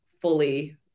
fully